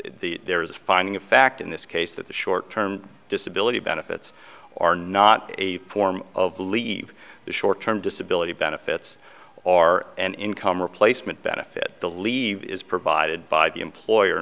there is a finding of fact in this case that the short term disability benefits are not a form of leave the short term disability benefits or an income replacement benefit the leave is provided by the employer